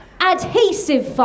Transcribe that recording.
adhesive